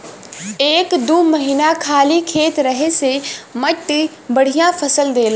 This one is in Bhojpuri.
एक दू महीना खाली खेत रहे से मट्टी बढ़िया फसल देला